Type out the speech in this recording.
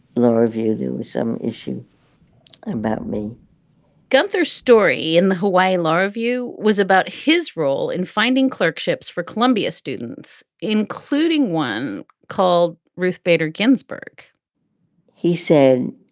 review. some issue about me gunther's story in the hawaii law review was about his role in finding clerkships for columbia students, including one called ruth bader ginsburg he said